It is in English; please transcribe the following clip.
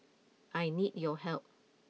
I need your help